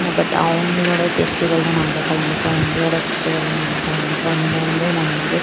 ஆனால் பட் அவர்களோட பெஸ்டிவலில் நாங்கள் கலந்துப்போம் எங்களோடய ஃபெஸ்டிவலில் நம்ம கலந்துப்போம் இங்கே வந்து நம்ம வந்து